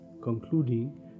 concluding